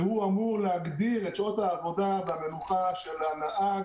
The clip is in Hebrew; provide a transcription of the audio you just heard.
שהוא אמור להגדיר את שעות העבודה והמנוחה של הנהג